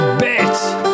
bitch